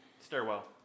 Stairwell